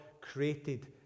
created